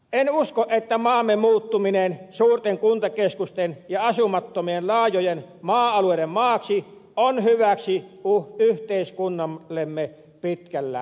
en usko että maamme muuttuminen suurten kuntakeskusten ja asumattomien laajojen maa alueiden maaksi on hyväksi yhteiskunnallemme pitkällä tähtäimellä